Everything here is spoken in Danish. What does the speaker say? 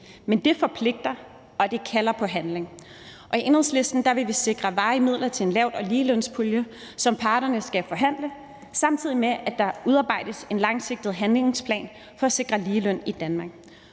Men det forpligter, det kalder på handling. I Enhedslisten vil vi sikre varige midler til en lavt- og ligelønspulje, som parterne skal forhandle, samtidig med at der udarbejdes en langsigtet handlingsplan for at sikre lige løn i Danmark.